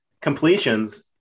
completions